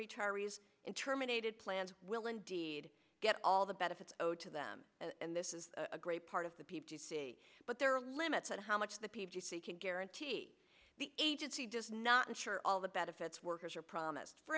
retirees and terminated plans will indeed get all the benefits owed to them and this is a great part of the people to see but there are limits on how much the pvc can guarantee the agency does not ensure all the benefits workers are promised for